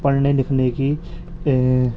پڑھنے لکھنے کی